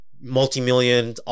Multi-million